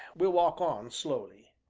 we'll walk on slowly,